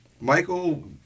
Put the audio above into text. Michael